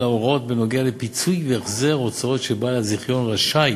אלא הוראות בדבר פיצוי והחזר הוצאות שבעל הזיכיון רשאי